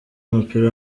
w’umupira